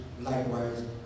likewise